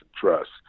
Trust